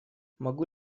могу